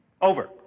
Over